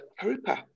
karupa